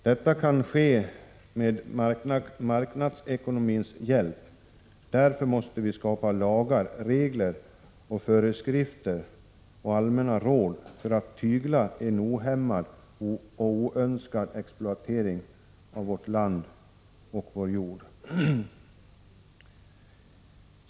Detta kan inte ske med marknadsekonomins hjälp. Vi måste skapa lagar, regler, föreskrifter och allmänna råd för att hindra en ohämmad och oönskad exploatering av vårt land och vår jord.